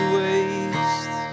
waste